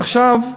עכשיו,